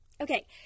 Okay